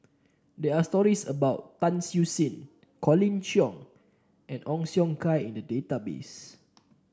there are stories about Tan Siew Sin Colin Cheong and Ong Siong Kai in the database